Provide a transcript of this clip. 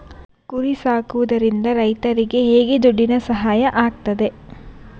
ಕುರಿ ಸಾಕುವುದರಿಂದ ರೈತರಿಗೆ ಹೇಗೆ ದುಡ್ಡಿನ ಸಹಾಯ ಆಗ್ತದೆ?